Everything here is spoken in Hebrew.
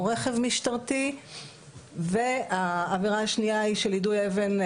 או רכב משטרתי והעבירה השנייה היא של יידוי אבן,